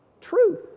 truth